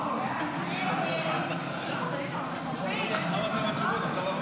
להעביר לוועדה את הצעת חוק-יסוד: הממשלה (תיקון,